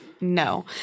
no